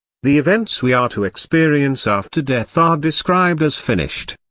the events we are to experience after death are described as finished.